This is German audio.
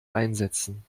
einsetzen